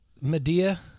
Medea